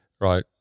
right